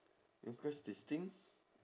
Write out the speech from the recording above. is because they stink